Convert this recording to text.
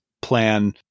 plan